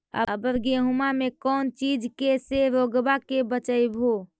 अबर गेहुमा मे कौन चीज के से रोग्बा के बचयभो?